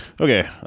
Okay